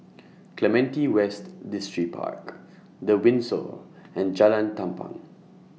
Clementi West Distripark The Windsor and Jalan Tampang